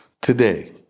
today